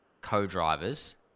co-drivers